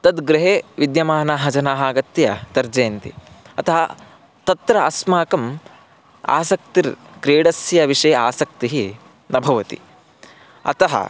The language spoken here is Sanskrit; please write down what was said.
तद् गृहे विद्यमानाः जनाः आगत्य तर्जयन्ति अतः तत्र अस्माकम् आसक्तिः क्रीडस्य विषये आसक्तिः न भवति अतः